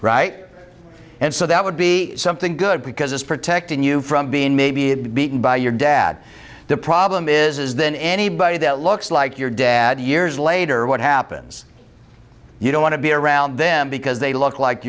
there and so that would be something good because it's protecting you from being maybe beaten by your dad the problem is then anybody that looks like your dad years later what happens you don't want to be around them because they look like